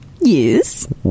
yes